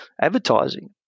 advertising